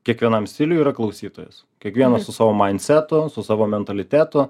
kiekvienam stiliui yra klausytojas kiekvienas su savo maindsetu su savo mentalitetu